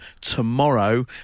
tomorrow